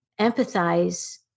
empathize